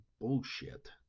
bullshit